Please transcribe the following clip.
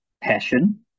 passion